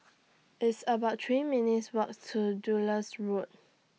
It's about three minutes' Walk to Road